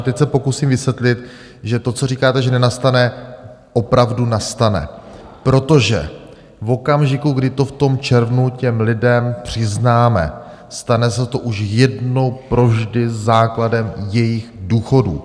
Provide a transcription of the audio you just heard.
Teď se pokusím vysvětlit, že to, co říkáte, že nenastane, opravdu nastane, protože v okamžiku, kdy to v červnu těm lidem přiznáme, stane se to už jednou provždy základem jejich důchodů.